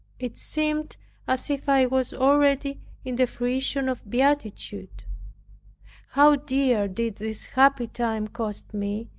it seemed as if i was already in the fruition of beatitude. how dear did this happy time cost me,